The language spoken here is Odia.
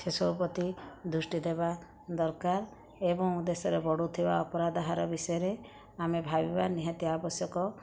ସେସବୁ ପ୍ରତି ଦୃଷ୍ଟି ଦେବା ଦରକାର ଏବଂ ଦେଶରେ ବଢ଼ୁଥିବା ଅପରାଧ ହାର ବିଷୟରେ ଆମେ ଭାବିବା ନିହାତି ଆବଶ୍ୟକ